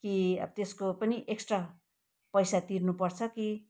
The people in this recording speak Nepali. कि त्यसको पनि एक्सट्रा पैसा तिर्नु पर्छ कि